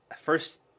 First